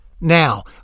Now